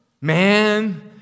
Man